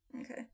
Okay